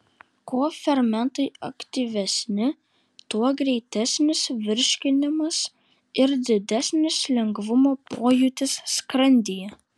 kuo fermentai aktyvesni tuo greitesnis virškinimas ir didesnis lengvumo pojūtis skrandyje